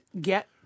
get